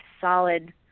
solid